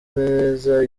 neza